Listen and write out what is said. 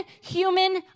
human